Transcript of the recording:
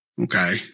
Okay